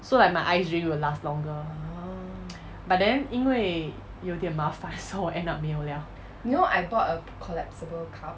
so like my ice drinks will last longer but then 因为有点麻烦 so 我 end up 没有 liao